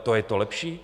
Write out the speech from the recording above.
To je to lepší?